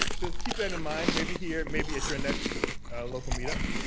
so keep that in mind. maybe here, maybe at your next local meet up,